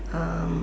um